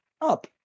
up